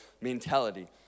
mentality